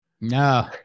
No